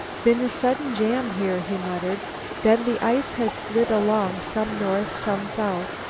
been a sudden jam here, he muttered then the ice has slid along, some north, some south.